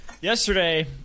Yesterday